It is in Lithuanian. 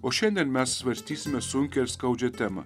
o šiandien mes svarstysime sunkią ir skaudžią temą